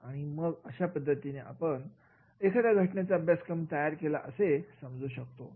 आणि मग अशा पद्धतीने आपण एखादा घटनेचा अभ्यासक्रम तयार केला असे समजू शकतो